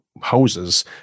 houses